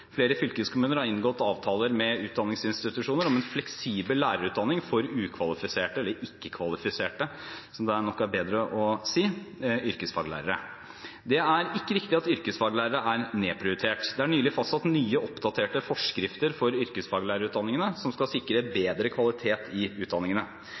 Flere fylkeskommuner har inngått avtaler med utdanningsinstitusjoner om en fleksibel lærerutdanning for ukvalifiserte – eller ikke-kvalifiserte, som det nok er bedre å si – yrkesfaglærere. Det er ikke riktig at yrkesfaglærere er nedprioritert. Det er nylig fastsatt nye oppdaterte forskrifter for yrkesfaglærerutdanningene som skal sikre